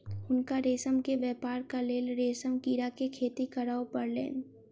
हुनका रेशम के व्यापारक लेल रेशम कीड़ा के खेती करअ पड़लैन